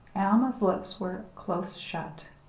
alma's lips were close shut.